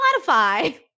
Spotify